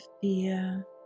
fear